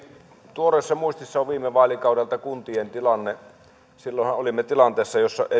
tuoreessa muistissa on viime vaalikaudelta kuntien tilanne silloinhan olimme tilanteessa jossa